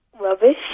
Rubbish